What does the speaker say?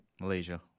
Malaysia